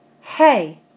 hey